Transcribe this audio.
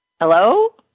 Hello